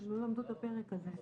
הם לא למדו את הפרק הזה.